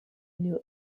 new